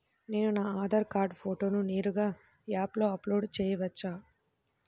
నేను నా ఆధార్ కార్డ్ ఫోటోను నేరుగా యాప్లో అప్లోడ్ చేయవచ్చా?